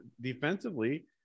defensively